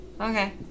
Okay